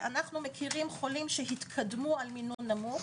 אנו מכירים חולים שהתקדמו על מינון נמוך,